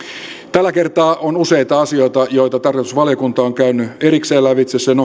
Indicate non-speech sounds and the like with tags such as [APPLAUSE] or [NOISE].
tällä kertaa on useita asioita joita tarkastusvaliokunta on käynyt erikseen lävitse sen [UNINTELLIGIBLE]